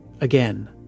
again